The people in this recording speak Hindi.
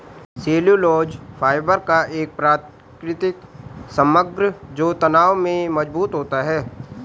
सेल्यूलोज फाइबर का एक प्राकृतिक समग्र जो तनाव में मजबूत होता है